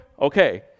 okay